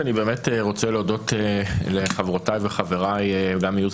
אני באמת רוצה להודות לחברותיי וחבריי גם מייעוץ